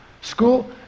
school